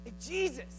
Jesus